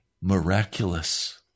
miraculous